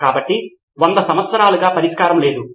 కాబట్టి 100 సంవత్సరాలుగా పరిష్కారం లేదు